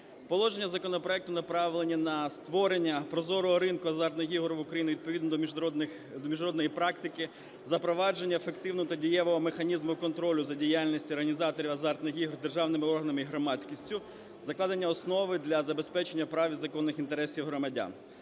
Положення законопроекту направлені на створення прозорого ринку азартних ігор в Україні відповідно до міжнародної практики запровадження ефективного та дієвого механізму контролю за діяльністю організаторів азартних ігор державними органами і громадськістю, закладення основи для забезпечення прав і законних інтересів громадян.